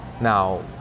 Now